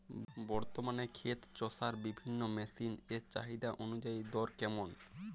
বর্তমানে ক্ষেত চষার বিভিন্ন মেশিন এর চাহিদা অনুযায়ী দর কেমন?